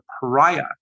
pariah